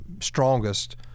strongest